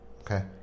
Okay